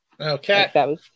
Okay